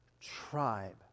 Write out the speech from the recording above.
tribe